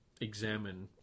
examine